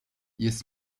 jest